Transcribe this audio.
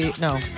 no